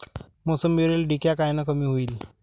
मोसंबीवरील डिक्या कायनं कमी होईल?